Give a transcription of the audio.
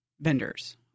vendors